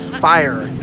fire